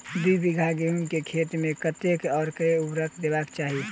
दु बीघा गहूम केँ खेत मे कतेक आ केँ उर्वरक देबाक चाहि?